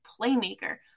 playmaker